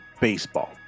baseball